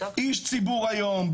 איש ציבור היום,